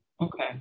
Okay